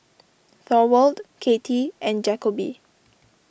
Thorwald Katy and Jakobe